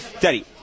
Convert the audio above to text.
Daddy